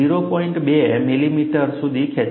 2 millimetre સુધી ખેંચવામાં આવે છે